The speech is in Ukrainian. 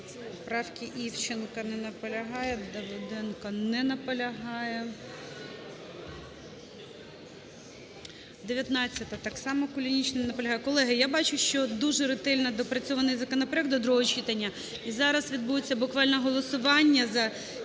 Поправки… Івченко не наполягає. Давиденко не наполягає. 19-а. Так само Кулініч не наполягає. Колеги, я бачу, що дуже ретельно доопрацьований законопроект до другого читання і зараз відбудеться буквально голосування за